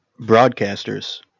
broadcasters